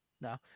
no